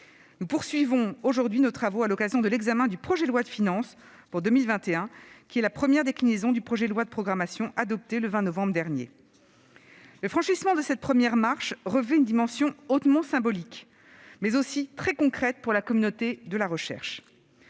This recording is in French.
Nous poursuivons aujourd'hui nos travaux à l'occasion de l'examen du projet de loi de finances pour 2021, qui est la première déclinaison de ce projet de loi de programmation. Le franchissement de cette première marche revêt une dimension hautement symbolique, mais aussi très concrète pour la communauté de la recherche.